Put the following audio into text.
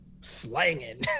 slanging